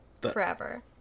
forever